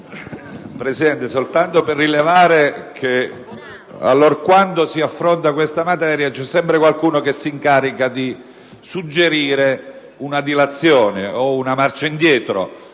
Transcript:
Presidente, desidero rilevare che allorquando si affronta questa materia c'è sempre qualcuno che si incarica di suggerire una dilazione o una marcia indietro,